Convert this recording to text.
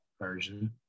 version